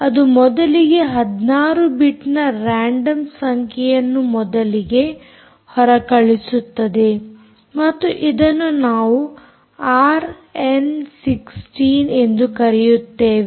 ಅದು ಮೊದಲಿಗೆ 16 ಬಿಟ್ ನ ರಾಂಡಮ್ ಸಂಖ್ಯೆಯನ್ನು ಮೊದಲಿಗೆ ಹೊರಕಳಿಸುತ್ತದೆ ಮತ್ತು ಇದನ್ನು ನಾವು ಆರ್ಎನ್16 ಎಂದು ಕರೆಯುತ್ತೇವೆ